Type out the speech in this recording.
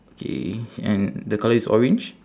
okay and the colour is orange